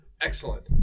excellent